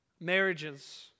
marriages